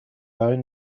bone